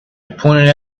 pointed